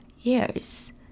years